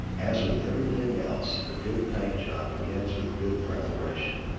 as with everything else, a good paint job against with good preparation.